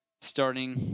starting